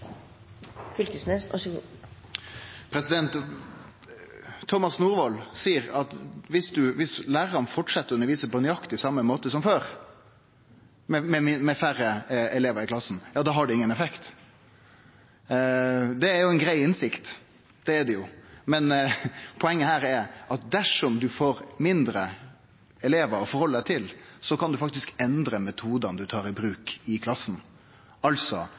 seier at viss lærarane fortset å undervise på nøyaktig same måte som før, med færre elevar i klassa, ja, da har det ingen effekt. Det er jo ei grei innsikt, det er det jo. Men poenget her er at dersom ein får færre elevar å halde seg til, kan ein faktisk endre metodane ein tar i bruk i klassen, ein kan altså